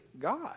God